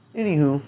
anywho